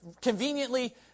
conveniently